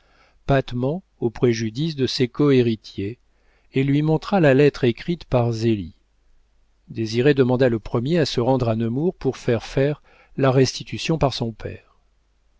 patemment au préjudice de ses cohéritiers et lui montra la lettre écrite par zélie désiré demanda le premier à se rendre à nemours pour faire faire la restitution par son père